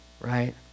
right